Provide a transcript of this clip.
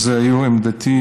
מה עמדתך?